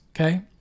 okay